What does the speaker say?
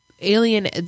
Alien